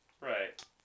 Right